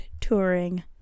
touring